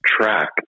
track